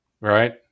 right